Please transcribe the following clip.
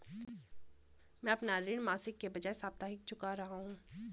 मैं अपना ऋण मासिक के बजाय साप्ताहिक चुका रहा हूँ